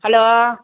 hello